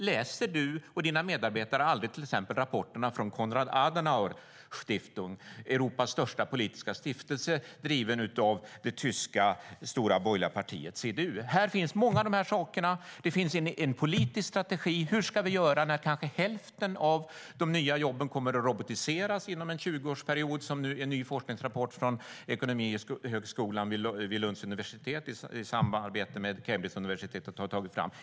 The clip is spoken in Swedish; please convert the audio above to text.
Läser du och dina medarbetare aldrig till exempel rapporterna från Konrad Adenauer Stiftung, Europas största politiska stiftelse som drivs av det tyska stora borgerliga partiet CDU? Här finns mycket av detta. Det finns en politisk strategi. Hur ska vi göra när kanske hälften av de nya jobben kommer att robotiseras inom en 20-årsperiod, enligt en ny forskningsrapport som Ekonomihögskolan vid Lunds universitet i samarbete med Cambridges universitet har tagit fram?